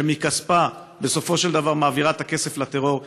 שמכספה בסופו של דבר מעבירה את הכסף לטרור,